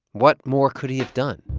what more could he have done?